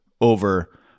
over